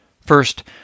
First